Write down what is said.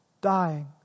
dying